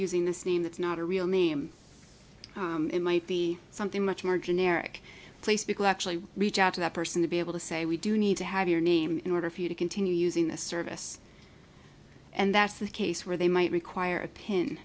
using this name that's not a real name it might be something much more generic place because actually reach out to that person to be able to say we do need to have your name in order for you to continue using the service and that's the case where they might require a